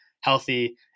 healthy